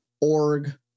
org